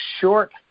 short